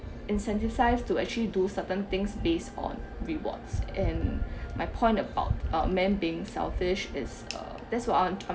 incentivise to actually do certain things based on rewards and my point about uh man being selfish is uh that's what I want